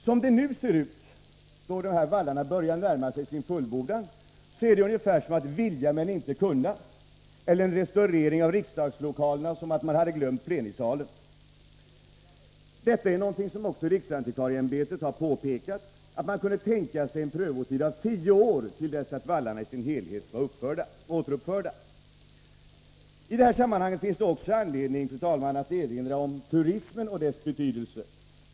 Som det nu ser ut, då vallarna börjar närma sig sin fullbordan, är det som att vilja men inte kunna — ungefär som om man hade glömt plenisalen vid restaureringen av riksdagslokalerna. Detta är någonting som också riksantikvarieämbetet har påpekat. Man kunde tänka sig en prövotid av tio år till dess att vallarna i sin helhet var återuppförda. I det här sammanhanget finns det också anledning att erinra om turismen och dess betydelse.